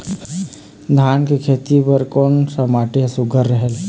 धान के खेती बर कोन सा माटी हर सुघ्घर रहेल?